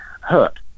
hurt